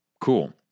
Cool